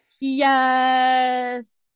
Yes